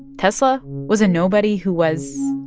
tesla was a nobody who was.